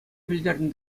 пӗлтернӗ